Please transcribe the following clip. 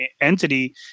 entity